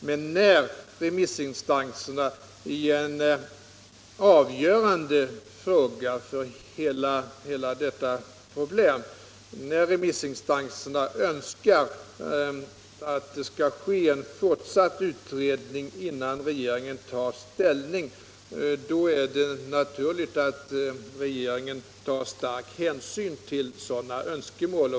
Men när remissinstanserna önskar att det innan regeringen tar ställning skall göras en fortsatt utredning i en fråga som är avgörande för hela detta problem, då är det naturligt att regeringen tar stark hänsyn till detta önskemål.